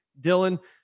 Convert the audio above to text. Dylan